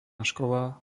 škola